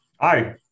Hi